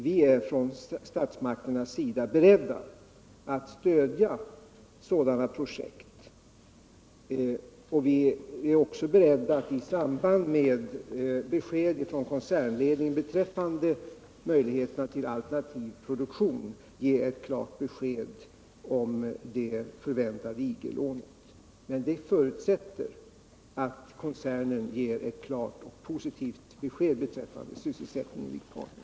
Vi är från statsmakternas sida beredda att stödja sådana projekt. Vi är också beredda att i samband med besked från koncernledningen beträffande möjligheterna till alternativ produktion ge ett klart besked om det förväntade IG-lånet. Men det förutsätter att koncernen ger ett klart positivt besked beträffande sysselsättningen i Partner.